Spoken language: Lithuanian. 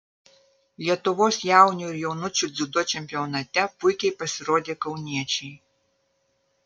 lietuvos jaunių ir jaunučių dziudo čempionate puikiai pasirodė kauniečiai